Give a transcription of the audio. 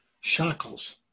shackles